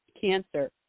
cancer